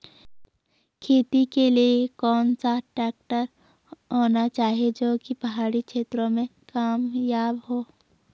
खेती के लिए कौन सा ट्रैक्टर होना चाहिए जो की पहाड़ी क्षेत्रों में कामयाब हो?